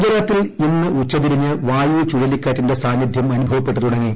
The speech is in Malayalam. ഗുജറാത്തിൽ ഇന്ന് ഉച്ച തിരിഞ്ഞ് വായു ചുഴലിക്കാറ്റിന്റെ സാന്നിദ്ധ്യം അനുഭവപ്പെട്ടുതുടങ്ങി